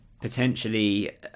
potentially